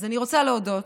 אז אני רוצה להודות